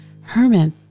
Herman